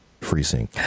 FreeSync